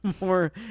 more